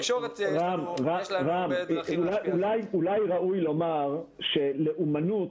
רם, אולי ראוי לומר שלאומנות